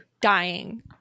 dying